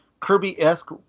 Kirby-esque